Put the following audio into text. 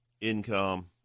income